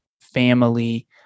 family